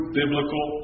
biblical